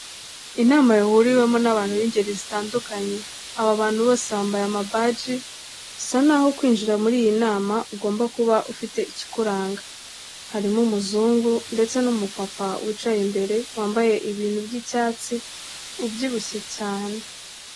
Inama yahuriwemo n'abantu b'ingeri zitandukanye, aba bantu bose bambaye amabaji, bisa naho kwinjira muri iyi nama ugomba kuba ufite ikikuranga, harimo umuzungu ndetse n'umupapa wicaye imbere wambaye ibintu by'icyatsi ubyibushye cyane.